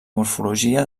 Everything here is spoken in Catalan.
morfologia